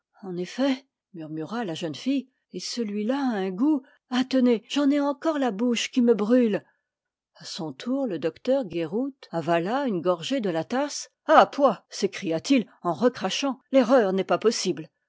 en effet murmura la jeune fille et celui-là a un goût ah tenez j'en ai encore la bouche qui me brûle à son tour le docteur guéroult avala une gorgée de la tasse ah pouah s'écria-t-il en recrachant l'erreur n'est pas possible